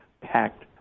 packed